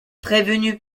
prévenue